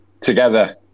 together